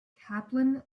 kaplan